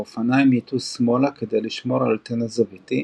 האופניים יטו שמאלה כדי לשמור על תנע זוויתי,